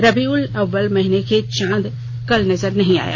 रबीउल अव्वल महीने का चांद कल नजर नहीं आया